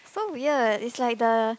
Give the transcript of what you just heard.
oh ya is like the